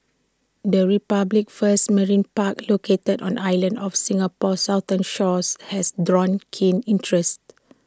the republic's first marine park located on islands off Singapore's southern shores has drawn keen interest